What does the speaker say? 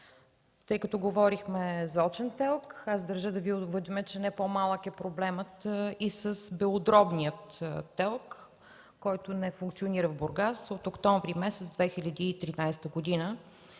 Тъй като говорихме за очен ТЕЛК, аз държа да Ви уведомя, че не по-малък е проблемът и с белодробния ТЕЛК, който не функционира в Бургас от месец октомври 2013 г.